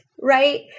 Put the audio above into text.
Right